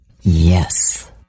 Yes